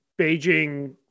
Beijing